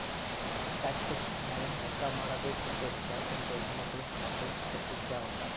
statistics ನಾಗ್ ಲೆಕ್ಕಾ ಮಾಡಾದು ಇರ್ತುದ್ ಜನಸಂಖ್ಯೆ, ಹೆಣ್ಮಕ್ಳು, ಮಕ್ಕುಳ್ ಎಸ್ಟ್ ಹುಟ್ಯಾವ್ ಅಂತ್